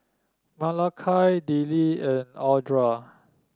Malakai Dillie and Audra